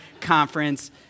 Conference